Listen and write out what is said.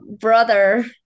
brother